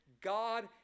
god